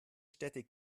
städte